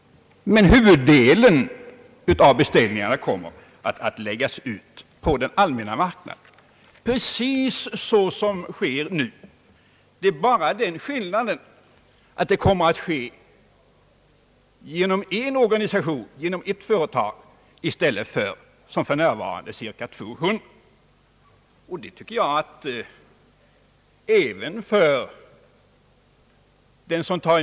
Huvuddelen av beställningarna kommer dock att läggas ut på den allmänna marknaden precis såsom nu sker, bara med den skillnaden att det kommer att ske genom en organisation, genom ett företag, i stället för att — såsom för närvarande — cirka 200 statliga myndigheter sköter sina egna beställningar.